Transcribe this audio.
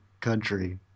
country